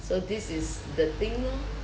so this is the thing lor